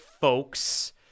folks